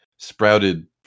sprouted